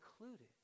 included